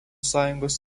sąjungos